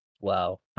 Wow